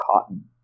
cotton